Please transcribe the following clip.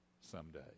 someday